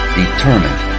determined